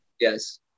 Yes